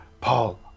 Paul